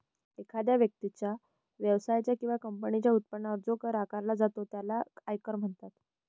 एखाद्या व्यक्तीच्या, व्यवसायाच्या किंवा कंपनीच्या उत्पन्नावर जो कर आकारला जातो त्याला आयकर म्हणतात